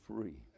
free